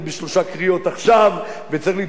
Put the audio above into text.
וצריך לדאוג שכל מסתנן שהיה,